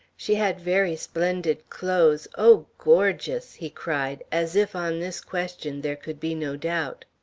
she had very splendid clothes oh, gorgeous! he cried, as if on this question there could be no doubt.